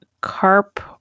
carp